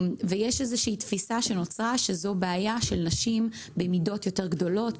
יש איזושהי תפיסה שנוצרה שזו בעיה של נשים במידות יותר גדולות,